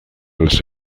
las